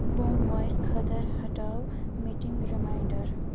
بوٚموارِ خٲطرٕ ہَٹاو meeting reminder